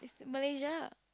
Malaysia